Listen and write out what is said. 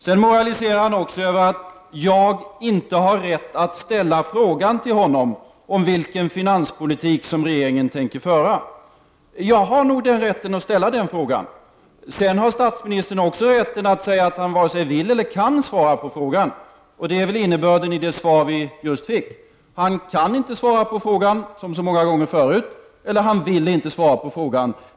Sedan moraliserar han också över att jag inte skulle ha rätt att ställa frågan till honom om vilken finanspolitik som regeringen tänker föra. Jag har nog rätten att ställa den frågan. Sedan har statsministern rätten att säga att han varken vill eller kan svara på frågan, och det är väl innebörden i det svar vi just fick. Statsministern kan inte svara på frågan, som så många gånger förut, eller han vill inte svara på frågan.